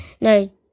no